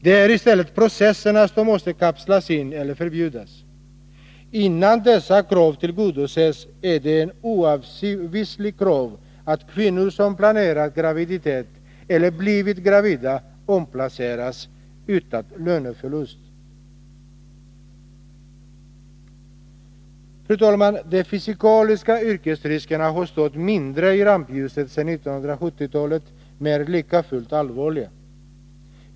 Det är i stället processerna som måste kapslas in eller förbjudas. Innan dessa krav tillgodosetts är det ett oavvisligt krav att kvinnor som planerar graviditet eller blivit gravida omplaceras utan löneförlust. Fru talman! De fysikaliska yrkesriskerna har stått mindre i rampljuset under 1970-talet men är likafullt allvarliga.